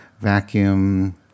vacuum